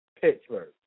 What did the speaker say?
Pittsburgh